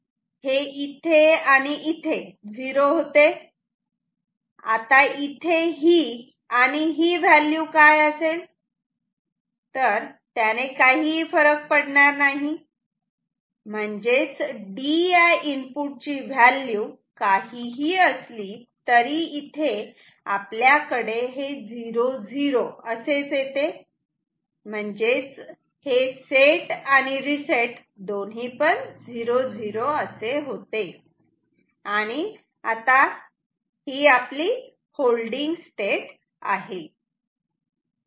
हे इथे आणि इथे 0 होते आता इथे ही आणि हि व्हॅल्यू काय असेल त्याने काहीही फरक पडणार नाही म्हणजेच D या इनपुट ची व्हॅल्यू काहीही असली तरी इथे आपल्याकडे हे 0 0 असेच येते म्हणजेच हे सेट आणि रिसेट दोन्हीपण 0 0 असे होते आणि आता ही आपली होल्डिंग स्टेट आहे